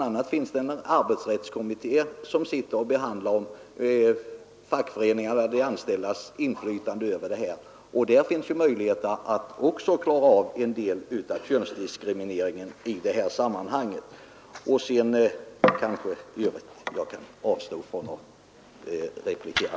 a. har vi en arbetsrättskommitté som behandlar fackföreningarnas och de anställdas inflytande på detta område. Där finns också möjligheter att klara av de könsdiskrimineringsproblem som finns i detta sammanhang. I övrigt kan jag avstå från att replikera.